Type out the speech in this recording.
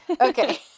Okay